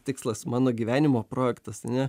tikslas mano gyvenimo projektas ane